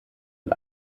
und